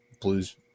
Blues